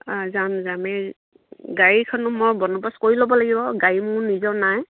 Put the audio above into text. অঁ যাম যাম এই গাড়ীখন মই বন্দোৱস্ত কৰি ল'ব লাগিব গাড়ী মোৰ নিজৰ নাই